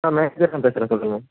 ஆ நான் பேசுகிறேன் சொல்லுங்கள்